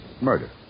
Murder